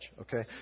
Okay